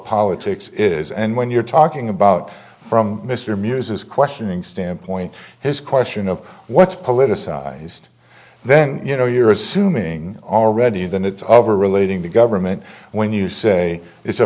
politics is and when you're talking about from mr muse's questioning standpoint his question of what's politicized then you know you're assuming already then it's all over relating to government when you say it's a